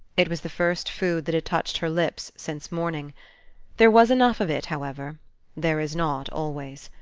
it was the first food that had touched her lips since morning there was enough of it, however there is not always.